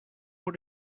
who